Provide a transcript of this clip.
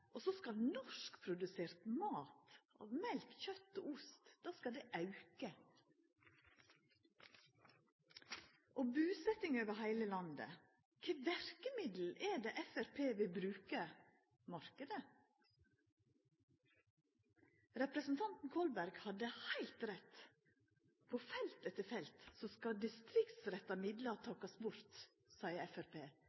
og så skal norskprodusert mat av mjølk, kjøtt og ost auka? Og busetjing over heile landet: Kva for verkemiddel er det Framstegspartiet vil bruka? Marknaden? Representanten Kolberg hadde heilt rett. På felt etter felt skal distriktsretta midlar